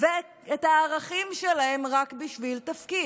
ואת הערכים שלהם רק בשביל תפקיד.